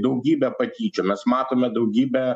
daugybę patyčių mes matome daugybę